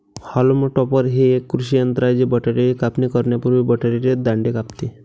haulm topper हे एक कृषी यंत्र आहे जे बटाट्याची कापणी करण्यापूर्वी बटाट्याचे दांडे कापते